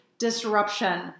disruption